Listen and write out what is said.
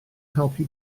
helpu